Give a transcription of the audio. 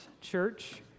Church